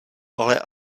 ale